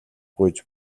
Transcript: гуйж